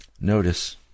Notice